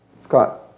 Scott